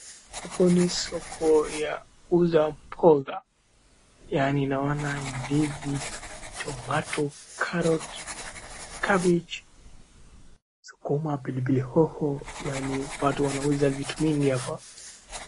Hapo ni soko ya kuuza mboga, yaani naona ndizi, tomato, carrot, cabbage sukuma, pilipili hoho yaani watu wanauza vitu mingi hapa.